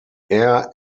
air